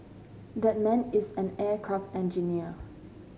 that man is an aircraft engineer